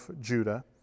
Judah